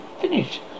finish